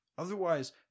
Otherwise